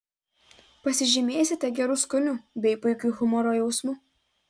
pasižymėsite geru skoniu bei puikiu humoro jausmu